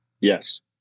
Yes